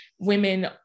women